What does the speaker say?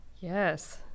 Yes